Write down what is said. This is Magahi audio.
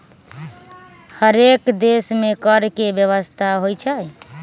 हरेक देश में कर के व्यवस्था होइ छइ